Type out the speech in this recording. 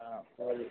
हाँ और